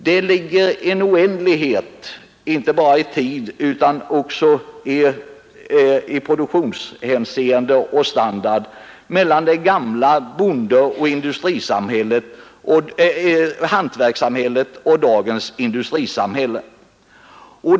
Det ligger en oändlighet inte bara i tid utan också i produktionshänseende och standard mellan det gamla bondeoch hantverkssamhället och dagens industrisamhälle.